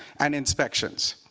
and inspections.